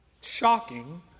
shocking